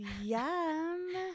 Yum